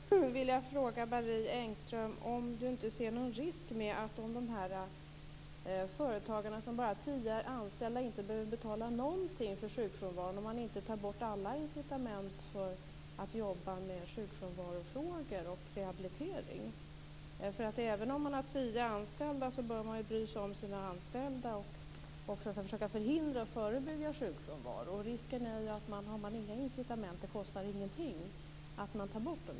Fru talman! Jag vill bara fråga Marie Engström om hon inte ser någon risk med att företag med mindre än tio anställda inte behöver betala någonting för sjukfrånvaron. Tar man då inte bort alla incitament för att jobba med sjukfrånvarofrågor och rehabilitering? Även om man bara har tio anställda bör man bry sig om dem och försöka att förebygga sjukfrånvaro. Risken är ju att man tar bort dessa incitament om det inte kostar någonting.